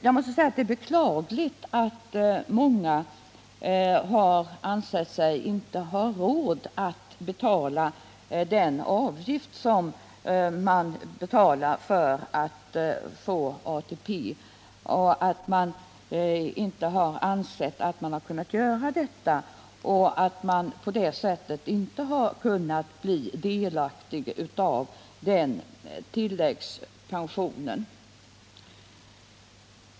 Jag måste säga att det är beklagligt att många har ansett sig inte ha råd att betala den avgift som man skall betala för att få ATP och att de, genom att de inte har ansett sig kunna göra detta, inte har kunnat bli delaktiga av den tilläggspensionen.